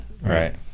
Right